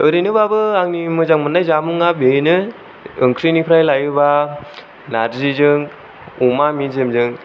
ओरैनोबाबो आंनि मोजां मोननाय जामुंआ बेनो ओंख्रिनिफ्राय लायोबा नारजिजों अमा मेजेमजों